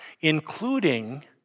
including